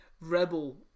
rebel